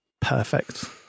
perfect